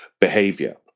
behavior